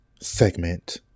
segment